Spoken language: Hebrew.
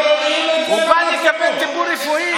ורואים את זה במצלמות, הוא בא לקבל טיפול רפואי.